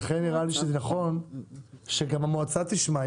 לכן נראה לי שזה נכון שגם המועצה תשמע,